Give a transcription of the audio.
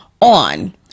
on